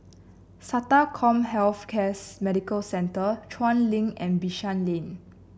SATA CommHealth Case Medical Centre Chuan Link and Bishan Lane